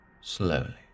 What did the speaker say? Slowly